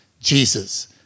Jesus